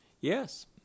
yes